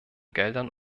geldern